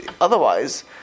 otherwise